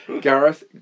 Gareth